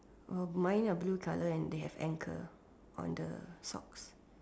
oh mine a blue colour and they have anchor on the socks